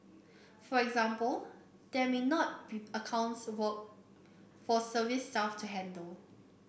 for example there may not be accounts work for service staff to handle